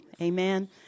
Amen